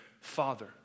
Father